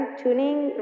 tuning